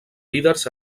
líders